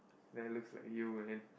that looks like you man